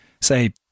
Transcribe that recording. say